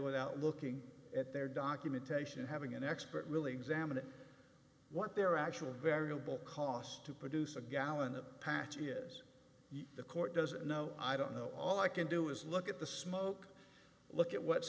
without looking at their documentation and having an expert really examine what their actual variable cost to produce a gallon of patchi is the court doesn't know i don't know all i can do is look at the smoke look at what's